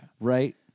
right